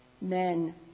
men